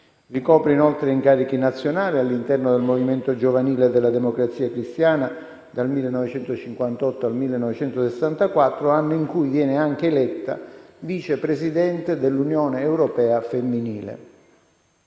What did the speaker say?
Ricopre inoltre incarichi nazionali all'interno del Movimento giovanile della Democrazia Cristiana dal 1958 al 1964, anno in cui viene anche eletta vice presidente dell'Unione europea femminile.